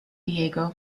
diego